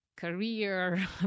Career